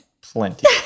Plenty